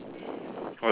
oh really ah